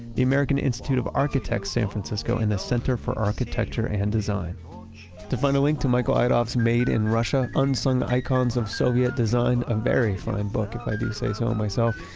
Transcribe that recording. the american institute of architects san francisco, and the center for architecture and design to find a link to michael idov's made in russia unsung icons of soviet design, a very fine book if i do say so myself,